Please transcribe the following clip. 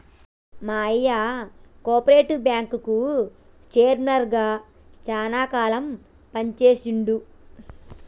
మా అయ్య కోపరేటివ్ బ్యాంకుకి చైర్మన్ గా శానా కాలం పని చేశిండు